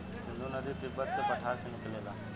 सिन्धु नदी तिब्बत के पठार से निकलेला